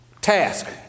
task